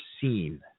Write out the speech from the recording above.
seen